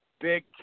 Big